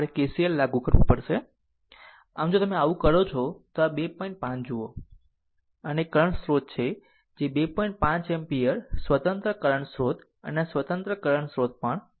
5 ampere સ્વતંત્ર current સ્રોત આ સ્વતંત્ર કરંટ સ્રોત પણ છે